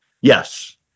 Yes